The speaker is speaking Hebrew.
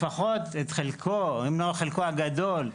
לפחות את חלקו, אם לא חלקו הגדול,